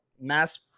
Mass